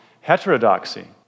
heterodoxy